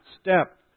step